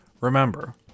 Remember